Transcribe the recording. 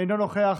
אינו נוכח,